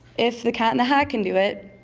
if the cat in the hat can do it,